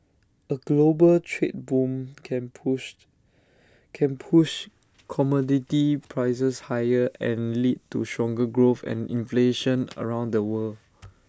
A global trade boom can push can push commodity prices higher and lead to stronger growth and inflation around the world